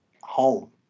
home